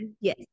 Yes